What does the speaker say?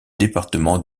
département